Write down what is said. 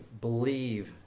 believe